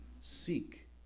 seek